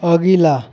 अगिला